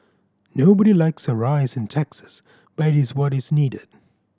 nobody likes a rise in taxes but it is what is needed